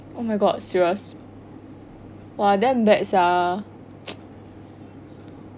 oh my god serious !wah! damn bad sia